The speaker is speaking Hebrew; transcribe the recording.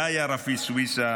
זה היה רפי סויסה,